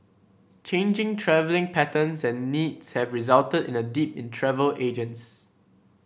changing travelling patterns and needs have resulted in a dip in travel agents